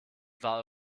war